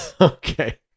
Okay